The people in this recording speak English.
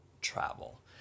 travel